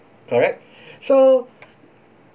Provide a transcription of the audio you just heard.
correct so